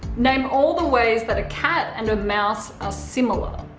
name all the ways that a cat and a mouse are similar.